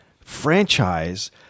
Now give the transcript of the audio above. franchise